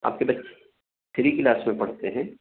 آپ کے بچے تھری کلاس میں پڑھتے ہیں